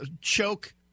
choke